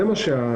זה מה שההורים,